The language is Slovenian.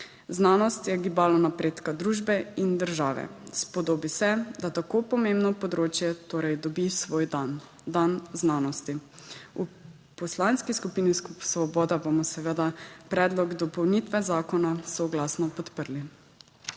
Znanost je gibalo napredka družbe in države. Spodobi se, da tako pomembno področje torej dobi svoj dan, dan znanosti. V Poslanski skupini Svoboda bomo seveda predlog dopolnitve zakona **4.